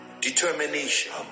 determination